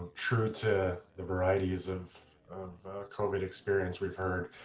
true to the varieties of of covid experience we've heard